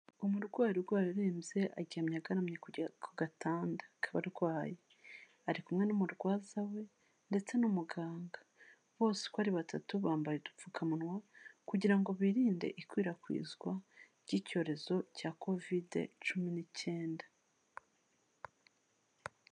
Umurwayi urwaye urembye agaramye ku gatanda k'abarwayi, ari kumwe n'umurwaza we ndetse n'umuganga, bose uko ari batatu bambaye udupfukamunwa kugira ngo birinde ikwirakwizwa ry'icyorezo cya Kovide cumi n'icyenda.